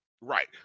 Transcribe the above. Right